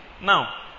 Now